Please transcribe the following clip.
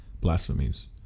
blasphemies